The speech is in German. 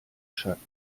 schatten